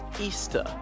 Easter